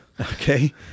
Okay